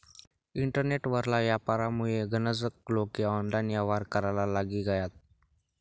internet वरला यापारमुये गनज लोके ऑनलाईन येव्हार कराले लागी गयात